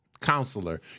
Counselor